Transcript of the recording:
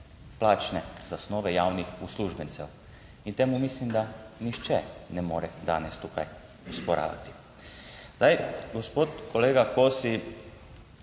zasnove javnih uslužbencev. In temu mislim, da nihče ne more danes tukaj osporavati. Gospod kolega Kosi,